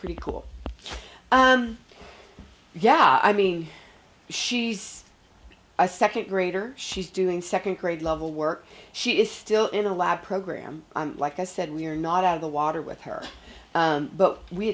pretty cool yeah i mean she's a second grader she's doing second grade level work she is still in the lab program like i said we're not out of the water with her but we